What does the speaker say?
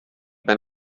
ben